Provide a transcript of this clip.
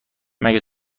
مگه